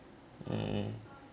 mm mm